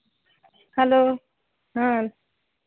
hello ᱦᱮᱸ